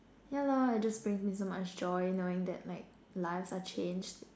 yeah lor it just brings me so much joy knowing that like lives are changed